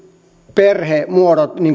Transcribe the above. perhemuodot